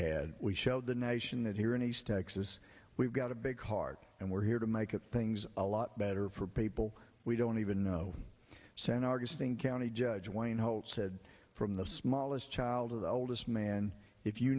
had we showed the nation that here in east texas we've got a big heart and we're here to make things a lot better for people we don't even know san augustine county judge wayne holt said from the smallest child to the oldest man if you